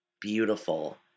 beautiful